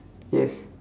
yes